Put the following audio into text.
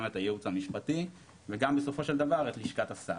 גם את הייעוץ המשפטי וגם בסופו של דבר את לשכת השר.